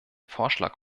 vorschlag